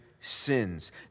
sins